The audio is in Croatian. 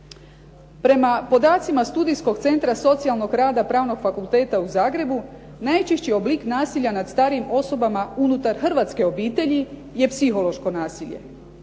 Prema podacima studijskog centra socijalnog rada pravnog Fakulteta u Zagrebu najčešći oblik nasilja nad starijim osobama unutar hrvatske obitelji je psihološko nasilje.